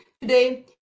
today